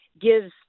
gives